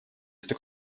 что